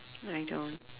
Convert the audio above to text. no I don't